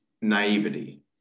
naivety